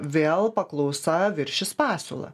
vėl paklausa viršys pasiūlą